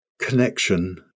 connection